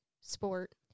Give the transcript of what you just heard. sport